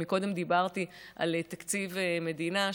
אם קודם דיברתי על תקציב מדינה,